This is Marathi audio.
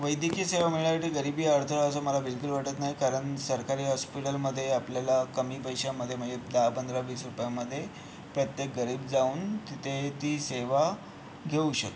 वैद्यकीय सेवा मिळण्यासाठी गरिबी हा अडथळा आहे असे मला बिलकुल वाटत नाही कारण सरकारी हॉस्पिटलमध्ये आपल्याला कमी पैशांमध्ये म्हणजे दहा पंधरा वीस रुपयांमध्ये प्रत्येक गरीब जाऊन तिथे ती सेवा घेऊ शकतो